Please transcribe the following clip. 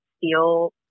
feel